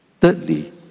Thirdly